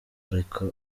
ariko